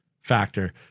factor